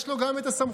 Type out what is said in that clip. יש לו גם את הסמכות.